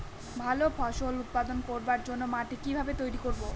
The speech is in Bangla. ভালো ফসল উৎপাদন করবার জন্য মাটি কি ভাবে তৈরী করব?